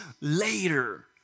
later